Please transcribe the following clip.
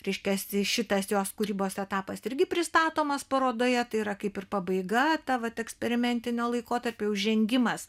reiškiasi šitas jos kūrybos etapas irgi pristatomas parodoje tai yra kaip ir pabaiga ta vat eksperimentinio laikotarpio žengimas